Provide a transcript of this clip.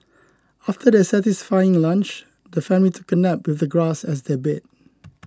after their satisfying lunch the family took a nap with the grass as their bed